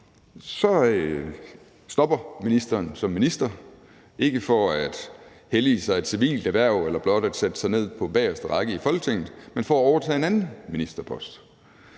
så stopper ministeren som minister, ikke for at hellige sig et civilt erhverv eller blot sætte sig ned på bageste række i Folketinget, men for at overtage en anden ministerpost.